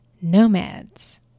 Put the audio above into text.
Nomads